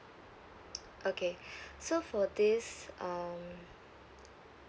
okay so for this um